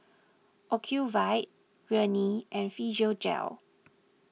Ocuvite Rene and Physiogel